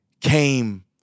came